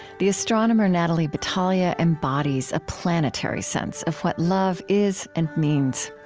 the astronomer natalie batalha embodies a planetary sense of what love is and means.